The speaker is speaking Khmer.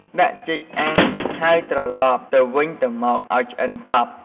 ដាក់ចេកអាំង ហើយត្រឡប់ទៅវិញទៅមកឱ្យឆ្អិនសព្វ។